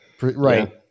right